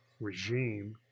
regime